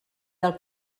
del